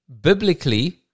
biblically